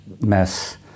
mess